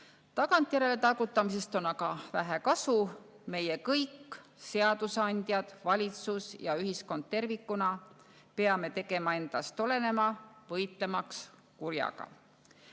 Tagantjärele targutamisest on aga vähe kasu. Meie kõik – seadusandjad, valitsus ja ühiskond tervikuna – peame tegema endast oleneva, võitlemaks kurjaga. Eapiiri